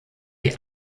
die